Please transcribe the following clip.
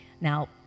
now